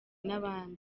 n’abandi